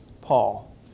Paul